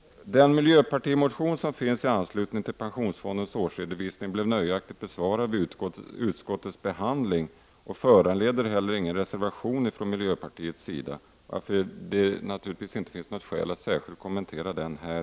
Den miljöpartimotion som har väckts i anslutning till pensionsfondens årsredovisning blev nöjaktigt besvarad vid utskottets behandling och föranledde inte heller någon reservation från miljöpartiets sida, varför det naturligtvis inte finns något skäl att särskilt kommentera den nu.